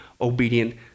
obedient